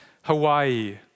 Hawaii